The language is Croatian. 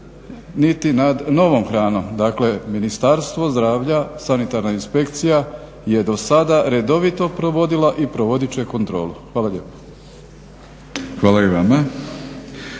niti nad novom hranom. Dakle, Ministarstvo zdravlja, sanitarna inspekcija je do sada redovito provodila i provoditi će kontrolu. Hvala lijepo. **Batinić,